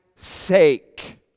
sake